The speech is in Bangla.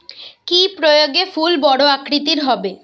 কি প্রয়োগে ফুল বড় আকৃতি হবে?